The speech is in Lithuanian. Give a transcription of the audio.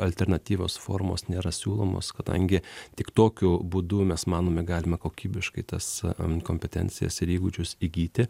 alternatyvos formos nėra siūlomos kadangi tik tokiu būdu mes manome galima kokybiškai tas kompetencijas ir įgūdžius įgyti